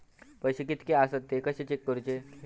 पैसे कीतके आसत ते कशे चेक करूचे?